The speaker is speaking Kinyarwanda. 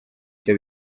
icyo